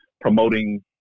promoting